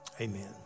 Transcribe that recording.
Amen